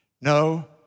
No